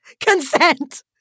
consent